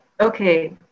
Okay